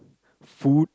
food